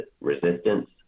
resistance